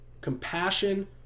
Compassion